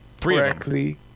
correctly